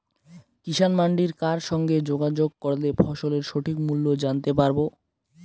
কিষান মান্ডির কার সঙ্গে যোগাযোগ করলে ফসলের সঠিক মূল্য জানতে পারবো?